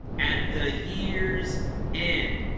at the year's and